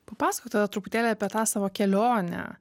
papasakok tada truputėlį apie tą savo kelionę